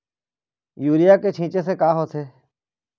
Urea के छींचे से का होथे?